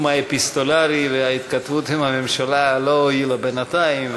האפיסטולרי וההתכתבות עם הממשלה לא הועילה בינתיים,